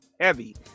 heavy